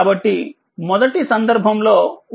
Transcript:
కాబట్టిమొదటి సందర్భంలో వోల్టేజ్0